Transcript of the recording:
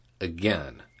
again